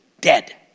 dead